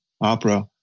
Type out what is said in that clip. opera